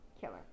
killer